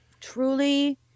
truly